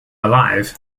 alive